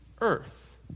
earth